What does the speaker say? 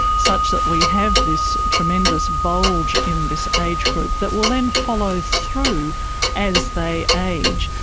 such that we have this tremendous bulge in this age group that will then follow through as they age,